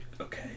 Okay